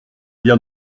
bien